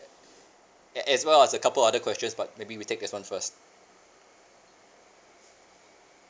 a~ as well as a couple other questions but maybe we take this one first